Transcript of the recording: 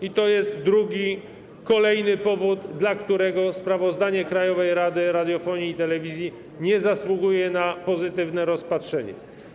I to jest drugi, kolejny powód, dla którego sprawozdanie Krajowej Rady Radiofonii i Telewizji nie zasługuje na pozytywne rozpatrzenie.